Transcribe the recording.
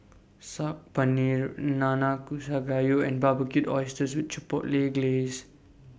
Saag Paneer Nanakusa Gayu and Barbecued Oysters with Chipotle Glaze